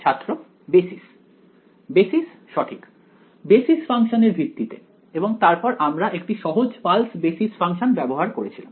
ছাত্র basis basis সঠিক basis ফাংশনের ভিত্তিতে এবং তারপর আমরা একটি সহজ পালস বেসিস ফাংশন ব্যবহার করেছিলাম